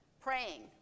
praying